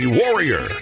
warrior